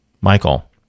Michael